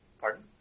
pardon